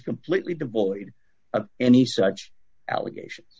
completely devoid of any such allegations